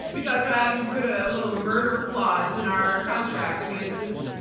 we talked about having to put a little murder clause in our contract. i mean, it's just,